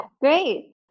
great